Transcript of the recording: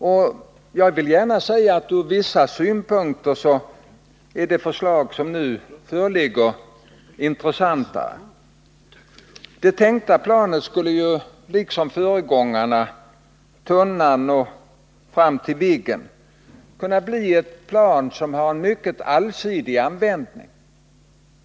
och jag vill gärna säga att ur vissa synpunkter är det förslag som nu föreligger intressantare. Det tänkta planet skulle ju liksom föregångarna från Tunnan fram till Viggen kunna få en mycket allsidig användning.